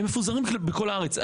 הם מפוזרים בכל הארץ.